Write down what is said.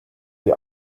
die